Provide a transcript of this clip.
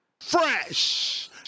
Fresh